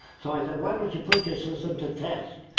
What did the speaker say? so i said why don't you put your system to test?